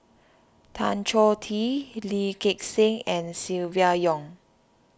Tan Choh Tee Lee Gek Seng and Silvia Yong